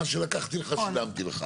מה שלקחתי לך, שילמתי לך.